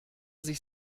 sich